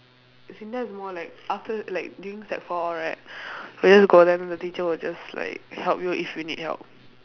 SINDA is more like after like during sec four right I just go there then the teacher will just like help you if you need help